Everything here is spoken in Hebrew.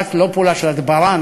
לא פעולה של הדברה.